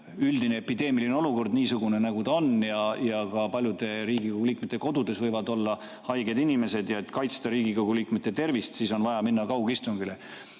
üldine epideemiline olukord on niisugune, nagu ta on, ja ka paljude Riigikogu liikmete kodudes võivad olla haiged inimesed ja et kaitsta Riigikogu liikmete tervist, siis on vaja minna kaugistungile.